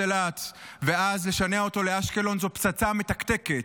אילת ואז לשנע אותו לאשקלון זו פצצה מתקתקת.